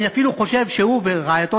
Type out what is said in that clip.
אני אפילו חושב שהוא ורעייתו,